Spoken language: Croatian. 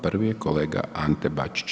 Prvi je kolega Ante Bačić.